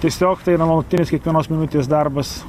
tiesiog tai yra nuolatinis kiekvienos minutės darbas